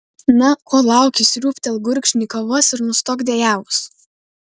na ko lauki sriūbtelk gurkšnį kavos ir nustok dejavus